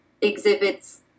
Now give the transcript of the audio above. exhibits